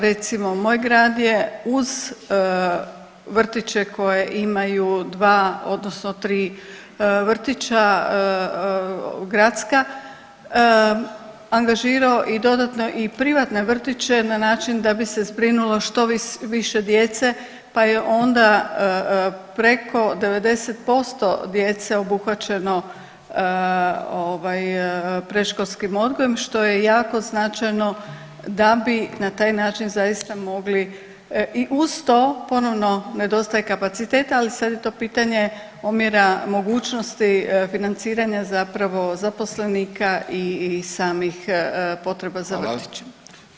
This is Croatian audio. Recimo moj grad je uz vrtiće koje imaju dva odnosno tri vrtića gradska angažirao i dodatno i privatne vrtiće na način da bi se zbrinulo što više djece pa je onda preko 90% djece obuhvaćeno ovaj predškolskim odgojem što je jako značajno da bi na taj način zaista mogli i uz to ponovno nedostaje kapaciteta ali sad je to pitanje omjera mogućnosti financiranja zapravo zaposlenika i samih potreba [[Upadica: Hvala.]] za vrtićima.